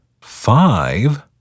five